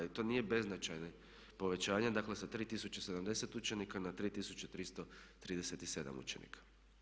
To nije beznačajno povećanje, dakle sa 3070 učenika na 3337 učenika.